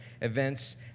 events